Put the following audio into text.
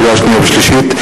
לקריאה שנייה ושלישית,